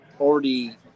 already